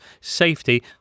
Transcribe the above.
safety